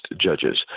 judges